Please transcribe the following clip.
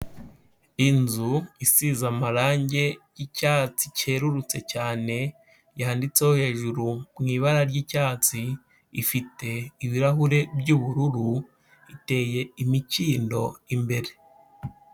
Inzu isize amarangi y'icyatsi cyerurutse cyane, yanditseho hejuru mu ibara ry'icyatsi, ifite ibirahure by'ubururu, iteye imikindo imbere.